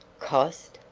cost!